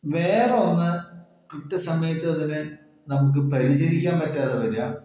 വേറൊന്ന് കൃത്യസമയത്ത് അതിനെ നമുക്ക് പരിചരിക്കാൻ പറ്റാതെ വരിക